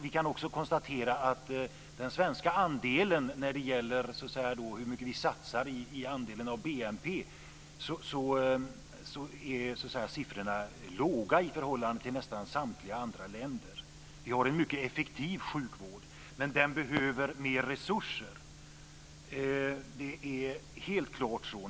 Vi kan också konstatera att när det gäller den svenska andelen av BNP - hur mycket vi satsar - så är siffrorna låga i förhållande till nästan samtliga andra länder. Vi har en mycket effektiv sjukvård, men den behöver mer resurser - det är helt klart så.